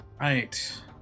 Right